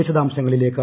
വിശദാംശങ്ങളിലേക്ക്